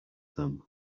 them